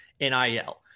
NIL